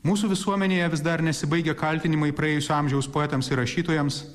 mūsų visuomenėje vis dar nesibaigia kaltinimai praėjusio amžiaus poetams ir rašytojams